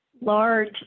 large